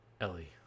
Ellie